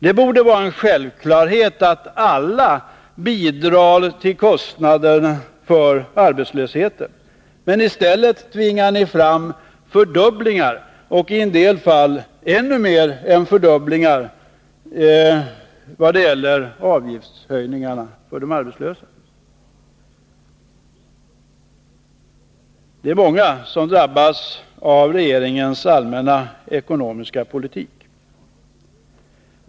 Det borde vara en självklarhet att alla bidrar till kostnaderna för arbetslösheten. Men i stället tvingar ni fram fördubblingar — ochi en del fall ännu mer än fördubblingar — när det gäller avgiftshöjningarna för de arbetslösa. Det är många som drabbas av regeringens allmänna ekonomiska politik.